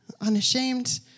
unashamed